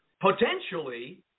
potentially